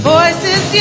Voices